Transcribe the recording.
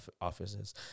offices